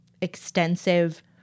extensive